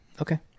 Okay